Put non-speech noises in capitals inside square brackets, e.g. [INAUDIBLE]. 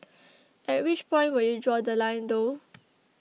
[NOISE] at which point would you draw The Line though